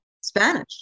Spanish